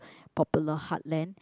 popular heartland